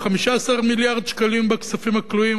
15 מיליארד שקלים בכספים הכלואים,